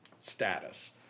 status